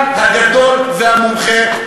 הכלכלן הגדול והמומחה,